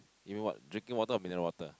you mean what drinking water or mineral water